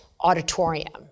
auditorium